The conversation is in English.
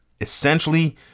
essentially